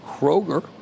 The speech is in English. Kroger